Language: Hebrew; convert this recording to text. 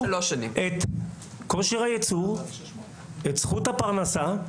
את כושר הייצור ואת זכות הפרנסה.